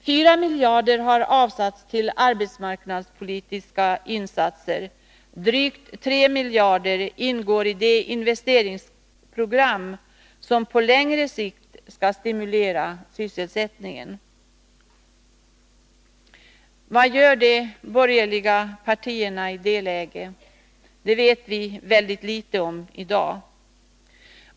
4 miljarder har avsatts till arbetsmarknadspolitiska åtgärder, drygt 3 miljarder ingår i det investeringsprogram som på längre sikt skall stimulera sysselsättningen. Vad gör de borgerliga partierna i detta läge? Det vet vi väldigt litet om i dag.